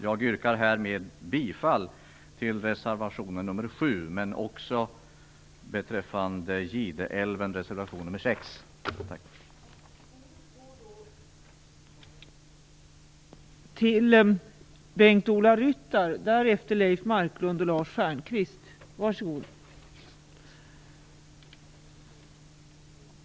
Jag yrkar härmed bifall till reservation nr 7, men också till reservation nr 6 om Gideälven.